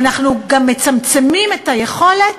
אנחנו גם מצמצמים את היכולת